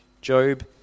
Job